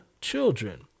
children